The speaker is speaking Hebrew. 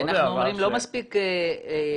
כי אנחנו אומרים שלא מספיק לחיות,